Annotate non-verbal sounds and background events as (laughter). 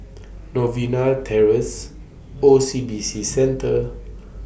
(noise) Novena Terrace O C B C Centre